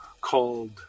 called